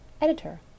Editor